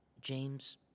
James